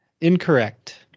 Incorrect